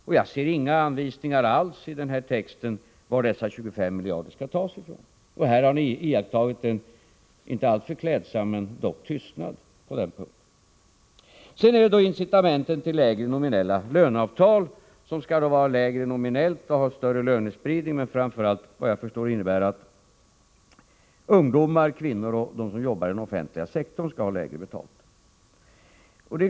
Och jag ser inga anvisningar alls i texten på var dessa 25 miljarder skall tas. Här har ni iakttagit en inte alltför klädsam tystnad. Sedan gäller det incitamentet till lägre nominella löneavtal, avtal som skall vara lägre nominellt och ha större lönspridning men framför allt, vad jag förstår, innebära att ungdomar, kvinnor och de som jobbar inom den offentliga sektorn skall ha mindre betalt.